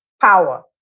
power